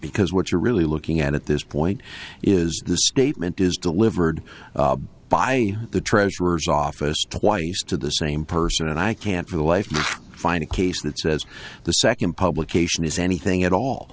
because what you're really looking at at this point is this statement is delivered by the treasurer's office twice to the same person and i can't for the life find a case that says the second publication is anything at